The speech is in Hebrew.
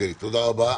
תודה רבה.